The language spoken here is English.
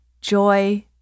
joy